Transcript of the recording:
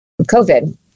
COVID